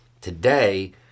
Today